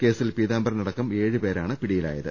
കേസിൽ പീതംബരനടക്കം ഏഴ് പേരാണ് പിടിയി ലായത്